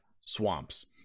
swamps